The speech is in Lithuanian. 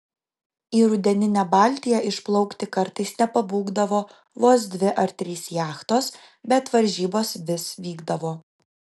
į rudeninę baltiją išplaukti kartais nepabūgdavo vos dvi ar trys jachtos bet varžybos vis vykdavo